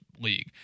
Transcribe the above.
league